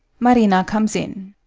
marina comes in.